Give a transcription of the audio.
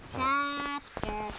Chapter